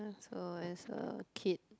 so as a kid